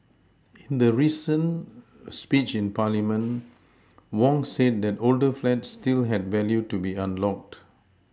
in the recent speech in parliament Wong said that older flats still had value to be unlocked